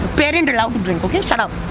parent allowed to drink, okay? shut up.